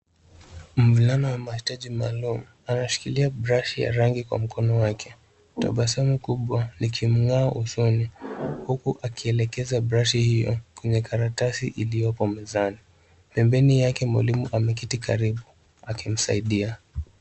Mvulana wa mahitaji maalum anashikilia brush ya rangi kwa mkono wake, tabasamu kubwa likimng'aa usoni huku akielekeza brush hiyo kwenye karatasi iliyopo mezani. Pembeni yake mwalimu ameketi karibu akimsaidia.